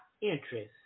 interest